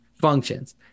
functions